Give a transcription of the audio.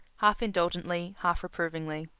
half-indulgently, half-reprovingly.